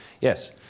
Yes